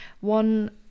one